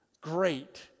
Great